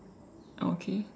okay